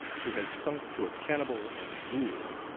who has sunk to a cannibal and ghoul